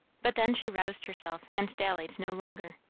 but then she roused herself and dallied no longer.